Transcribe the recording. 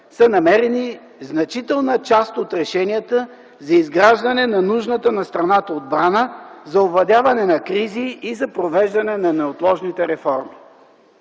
са намерени значителна част от решенията за изграждане на нужната на страната отбрана за овладяване на кризи и за провеждане на неотложните реформи.